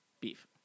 Beef